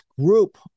group